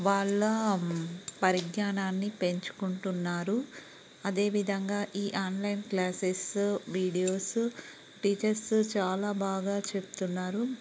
వాళ్ళ పరిజ్ఞానాన్ని పెంచుకుంటున్నారు అదేవిధంగా ఈ ఆన్లైన్ క్లాసెస్సు వీడియోసు టీచర్సు చాలా బాగా చెప్తున్నారు